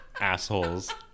assholes